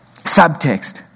Subtext